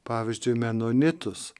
pavyzdžiui menonitus